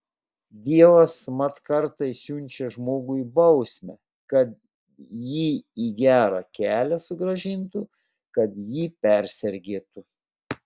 dievas mat kartais siunčia žmogui bausmę kad jį į gerą kelią sugrąžintų kad jį persergėtų